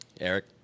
Eric